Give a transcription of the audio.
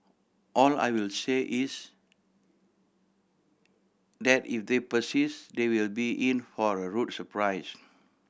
all I will say is that if they persist they will be in for a rude surprise